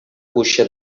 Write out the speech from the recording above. cuixa